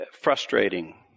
frustrating